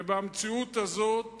ובמציאות הזאת